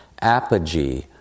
apogee